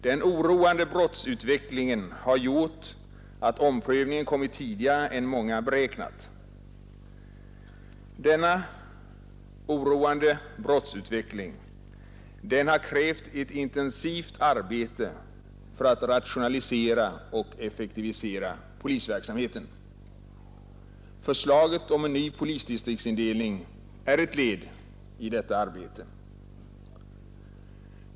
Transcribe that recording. Den oroande brottsutvecklingen har gjort att omprövningen har kommit tidigare än många beräknat. Denna oroande brottsutveckling har krävt ett intensivt arbete för att rationalisera och effektivisera polisverksamheten. Förslaget om en ny polisdistriktsindelning är ett led i detta arbete.